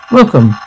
Welcome